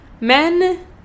men